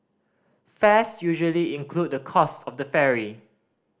fares usually include the cost of the ferry